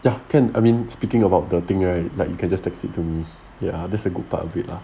ya can I mean speaking about the thing right like you can just text it to me ya that's the good part of it lah